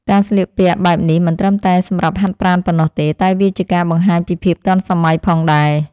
ការស្លៀកពាក់បែបនេះមិនត្រឹមតែសម្រាប់ហាត់ប្រាណប៉ុណ្ណោះទេ តែវាជាការបង្ហាញពីភាពទាន់សម័យផងដែរ។